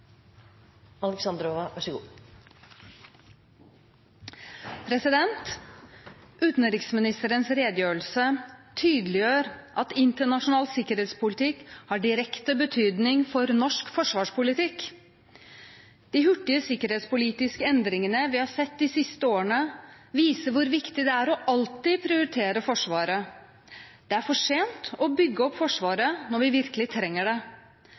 Utenriksministerens redegjørelse tydeliggjør at internasjonal sikkerhetspolitikk har direkte betydning for norsk forsvarspolitikk. De hurtige sikkerhetspolitiske endringene vi har sett de siste årene, viser hvor viktig det er alltid å prioritere Forsvaret. Det er for sent å bygge opp Forsvaret når vi virkelig trenger det.